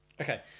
Okay